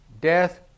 death